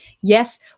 yes